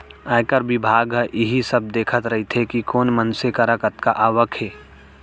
आयकर बिभाग ह इही सब देखत रइथे कि कोन मनसे करा कतका आवक हे